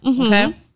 Okay